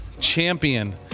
champion